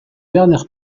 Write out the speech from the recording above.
werner